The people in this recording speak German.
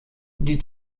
diese